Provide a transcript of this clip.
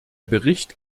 bericht